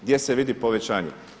Gdje se vidi povećanje?